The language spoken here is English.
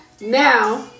Now